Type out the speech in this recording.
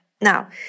Now